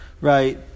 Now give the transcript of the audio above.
right